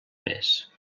més